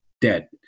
dead